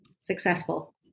successful